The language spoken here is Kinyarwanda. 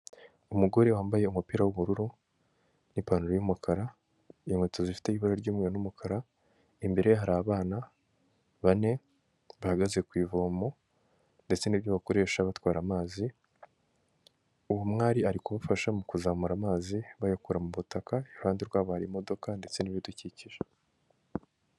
Umugore wambaye umupira w'ubururu n'ipantaro y'umukara inkweto zifite ibara ry'umweru n'umukara ,imbere hari abana bane bahagaze ku ivomo ndetse n'ibyo bakoresha batwara amazi ,uyu mwari ari kubafasha mu kuzamura amazi bayakura mu butaka iruhande rwabo hari imodoka ndetse n'ibidukikije.